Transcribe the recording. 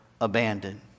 abandoned